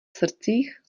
srdcích